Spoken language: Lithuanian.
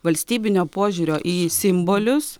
valstybinio požiūrio į simbolius